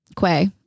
Quay